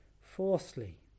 fourthly